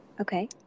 Okay